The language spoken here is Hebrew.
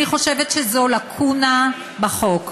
אני חושבת שזו לקונה בחוק.